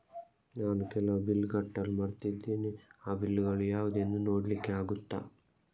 ನಾನು ಕೆಲವು ಬಿಲ್ ಕಟ್ಟಲು ಮರ್ತಿದ್ದೇನೆ, ಆ ಬಿಲ್ಲುಗಳು ಯಾವುದೆಂದು ನೋಡ್ಲಿಕ್ಕೆ ಆಗುತ್ತಾ?